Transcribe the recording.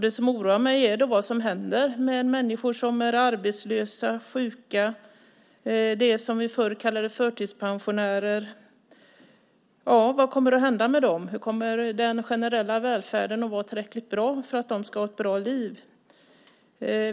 Det som oroar mig är vad som händer med människor som är arbetslösa eller sjuka och med dem som vi förut kallade förtidspensionärer. Vad kommer att hända med dem? Kommer den generella välfärden att vara tillräckligt bra för att de ska ha ett bra liv?